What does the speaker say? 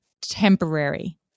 temporary